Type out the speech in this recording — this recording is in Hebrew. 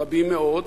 רבים מאוד,